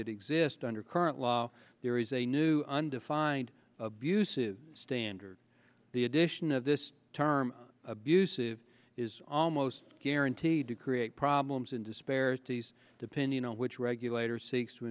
that exist under current law there is a new undefined abusive standard the addition of this term abusive is almost guaranteed to create problems and disparities depending on which regulator s